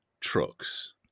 trucks